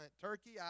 turkey